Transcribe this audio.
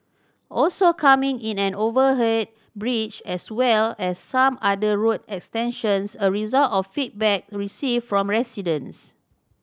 also coming is an overhead bridge as well as some other road extensions a result of feedback received from residents